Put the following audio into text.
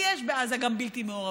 ויש בעזה גם בלתי מעורבים,